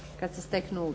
kad se steknu